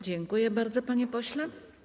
Dziękuję bardzo, panie pośle.